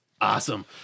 Awesome